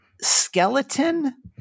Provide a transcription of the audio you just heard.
skeleton